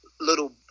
little